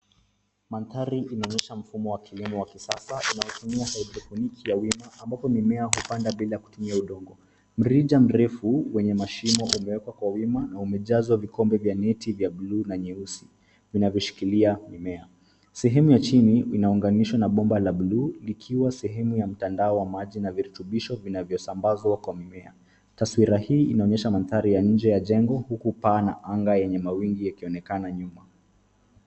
Mandhari inaonyesha mfumo wa kilimo wa sasa inayotumia hydroponiki ya wima ambapo mimea hupandwa bila kutumia udongo. Mrija mrefu wenye mashimo umewekwa kwa wima na umejazwa vikombe vya neti vya buluu na nyeusi vinavyoshikilia mimea. Sehemu ya chini inaunganishwa na bomba la buluu likiwa sehemu ya mtandao wa maji na virutubisho vinavyosambazwa kwa mimea. Taswira hii inaonyesha maandhari ya nje ya jengo huku paa na anga yenye mawingu yakionekana nyuma.